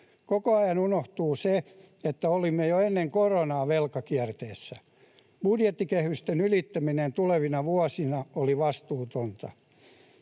Koko ajan unohtuu se, että olimme jo ennen koronaa velkakierteessä. Budjettikehysten ylittäminen tulevina vuosina oli vastuutonta.